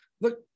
Look